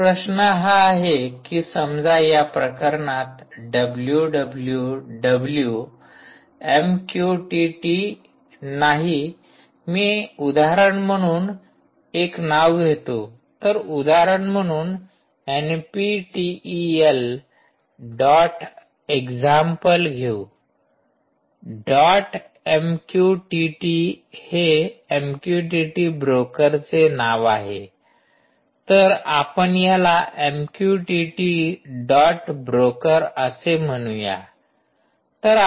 तर प्रश्न हा आहे कि समजा या प्रकरणात डब्ल्यू डब्ल्यू डब्ल्यू एमक्यूटीटी नाही मी उदाहरण म्हणून एक नाव घेतो तर उदाहरण म्हणून एनपीटीइएल डॉट एक्झाम्पल घेऊ डॉट एमक्यूटीटी हे एमक्यूटीटी ब्रोकरचे नाव आहे तर आपण याला एमक्यूटीटी डॉट ब्रोकर असे म्हणूया